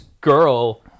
girl